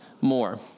more